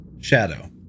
Shadow